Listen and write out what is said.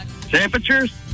temperatures